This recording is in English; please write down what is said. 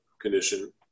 condition